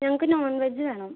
ഞങ്ങൾക്ക് നോൺവെജ് വേണം